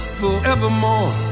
forevermore